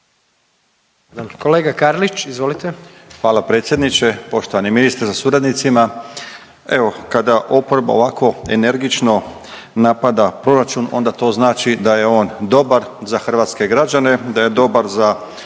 Kolega Karlić izvolite.